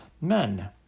men